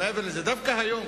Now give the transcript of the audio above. דווקא היום,